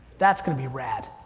that's gonna be rad.